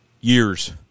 years